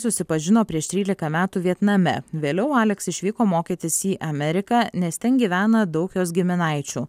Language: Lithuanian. susipažino prieš trylika metų vietname vėliau aleks išvyko mokytis į ameriką nes ten gyvena daug jos giminaičių